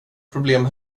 problem